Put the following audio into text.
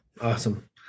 Awesome